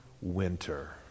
winter